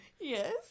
Yes